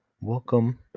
welcome